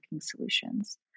solutions